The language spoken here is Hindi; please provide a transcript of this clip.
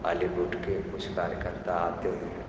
बालीवुड के कुछ कार्यकर्ता आते हैं